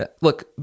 look